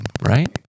right